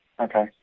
Okay